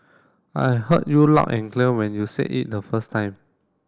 I heard you loud and clear when you said it the first time